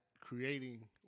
Creating